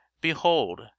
behold